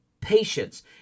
patience